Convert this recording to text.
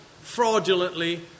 fraudulently